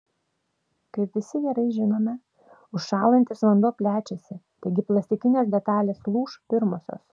kaip visi gerai žinome užšąlantis vanduo plečiasi taigi plastikinės detalės lūš pirmosios